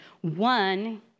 One